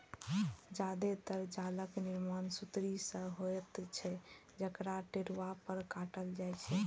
जादेतर जालक निर्माण सुतरी सं होइत छै, जकरा टेरुआ पर काटल जाइ छै